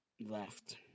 left